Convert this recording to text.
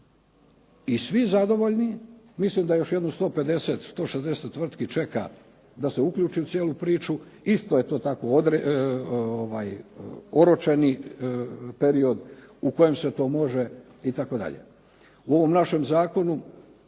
I svi zadovoljni, mislim da još jedno 150, 160 tvrtki čeka da se uključi u tu cijelu priču. Isto je to tako oročeni period u kojem se to može itd. U ovom našem zakonu,